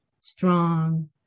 strong